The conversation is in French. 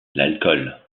l’alcool